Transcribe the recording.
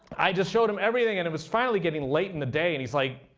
i just showed him everything. and it was finally getting late in the day and he's like,